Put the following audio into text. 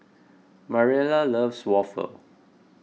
Mariela loves waffle